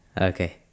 Okay